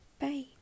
bye